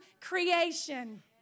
creation